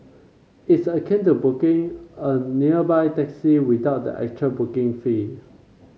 it's akin to booking a nearby taxi without the actual booking fee